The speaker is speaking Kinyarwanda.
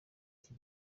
iki